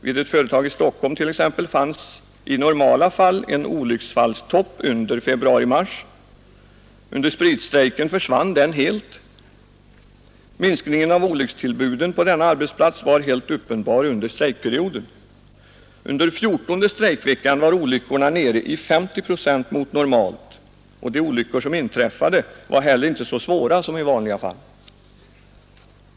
Vid ett företag i Stockholm t.ex. fanns i normala fall en olycksfallstopp under februari-mars. Under spritstrejken försvann den helt. Minskningen av olyckstillbuden på denna arbetsplats var helt uppenbar under strejk perioden. Under fjortonde strejkveckan var olyckorna nere i 50 procent mot normalt och de olyckor som inträffade var heller inte så svåra som i vanliga fall.